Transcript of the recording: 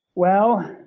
well,